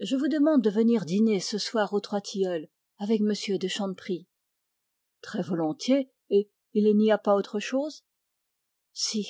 je vous demande de venir dîner ce soir aux troistilleuls avec m de chanteprie très volontiers et il n'y a pas autre chose si